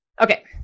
Okay